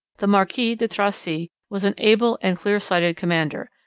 the marquis de tracy was an able and clear-sighted commander,